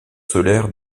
solaires